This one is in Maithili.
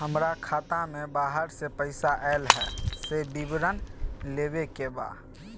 हमरा खाता में बाहर से पैसा ऐल है, से विवरण लेबे के बा?